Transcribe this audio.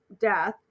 death